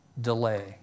Delay